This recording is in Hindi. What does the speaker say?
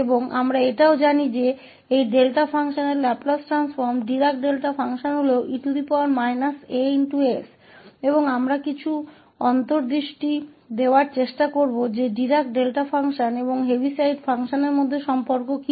और हम यह भी जानते हैं कि इस डेल्टा फ़ंक्शन का Laplace transformation Dirac delta function e as है और हम कुछ अंतर्ज्ञान देने की कोशिश करेंगे कि इस डिराक डेल्टा फ़ंक्शन और इस हेविसाइड फ़ंक्शन के बीच क्या संबंध है